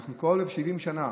כבר 70 שנה